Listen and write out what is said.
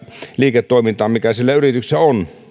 liiketoimintaa mitä siellä yrityksissä on